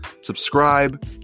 subscribe